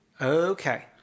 Okay